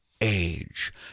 age